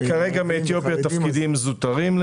כרגע לצערי ליוצאי אתיופיה תפקידים זוטרים.